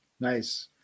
Nice